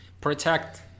protect